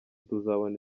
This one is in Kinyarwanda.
tuzabona